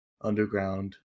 underground